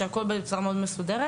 הכל נעשה בצורה מאוד מסודרת.